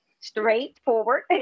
straightforward